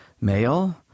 male